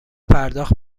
پرداخت